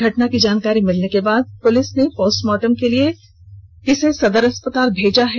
घटना की जानकारी मिलने के बाद पुलिस ने पोस्टमार्टम के लिए सदर अस्पताल भेज दिया है